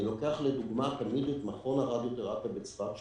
אני לוקח לדוגמה תמיד את מכון הרדיותרפיה בצפת,